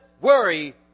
worry